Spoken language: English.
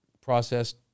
processed